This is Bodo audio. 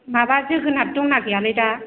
माबा जोगोनार दं ना गैयालै दा